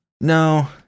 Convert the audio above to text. No